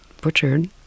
butchered